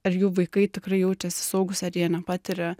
ar jų vaikai tikrai jaučiasi saugūs ar jie nepatiria